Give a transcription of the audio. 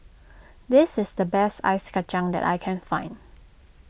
this is the best Ice Kachang that I can find